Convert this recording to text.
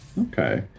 Okay